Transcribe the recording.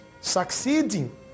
succeeding